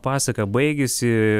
pasaka baigėsi